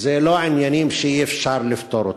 אלה לא עניינים שאי-אפשר לפתור.